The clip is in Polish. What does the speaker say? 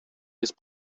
jest